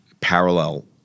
parallel